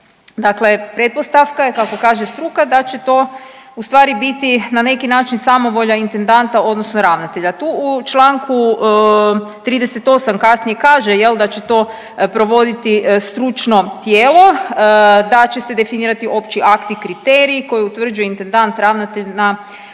Dakle pretpostavka je kako kaže struka da će to ustvari biti na neki način samovolja intendanta odnosno ravnatelja. Tu u čl. 38. kasnije kaže da će to provoditi stručno tijelo, da će se definirati opći akti i kriteriji koji utvrđuje intendant ravnatelj na